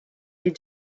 les